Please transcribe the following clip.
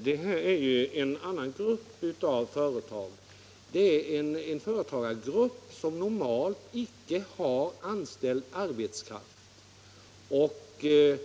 Herr talman! Men detta är en annan företagargrupp, som normalt inte har anställd arbetskraft men som nu